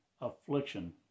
affliction